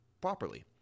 properly